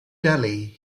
delhi